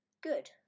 good